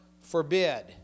forbid